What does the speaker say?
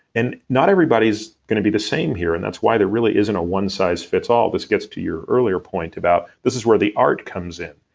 and not everybody's gonna be the same here, and that's why there really isn't a one size fits all. this gets to your earlier part about this is where the art comes in.